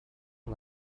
let